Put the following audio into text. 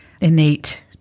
innate